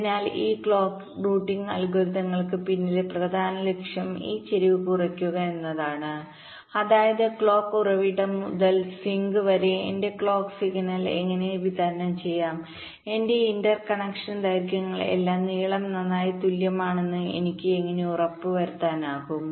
അതിനാൽ ഈ clock routing അൽഗോരിതങ്ങൾക്ക് പിന്നിലെ പ്രധാന ലക്ഷ്യം ഈ ചരിവ് കുറയ്ക്കുക എന്നതാണ് അതായത് ക്ലോക്ക് ഉറവിടം മുതൽ സിങ്ക് വരെ എന്റെ ക്ലോക്ക് സിഗ്നൽ എങ്ങനെ വിതരണം ചെയ്യാം എന്റെ ഇന്റർ കണക്ഷൻ ദൈർഘ്യങ്ങൾ എല്ലാം നീളം നന്നായി തുല്യമാണെന്ന് എനിക്ക് എങ്ങനെ ഉറപ്പുവരുത്താനാകും